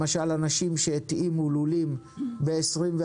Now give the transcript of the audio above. למשל אנשים שהתאימו לולים ב-21'